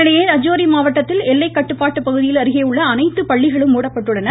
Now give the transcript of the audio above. இதனிடையே ரஜோரி மாவட்டத்தில எல்லைக் கட்டுப்பாட்டு பகுதியில் அருகே உள்ள அனைத்து பள்ளிகளும் மூடப்பட்டுள்ளன